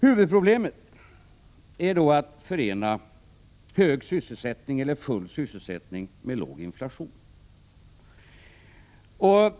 Huvudproblemet är då att förena hög eller full sysselsättning med låg inflation.